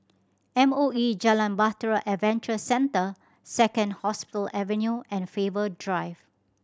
M O E Jalan Bahtera Adventure Centre Second Hospital Avenue and Faber Drive